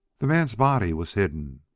the man's body was hidden,